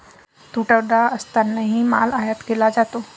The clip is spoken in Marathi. तुटवडा असतानाही माल आयात केला जातो